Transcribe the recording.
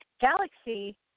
Galaxy